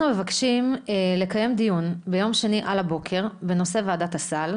אנחנו מבקשים לקיים דיון ביום שני בבוקר בנושא ועדת הסל,